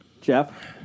Jeff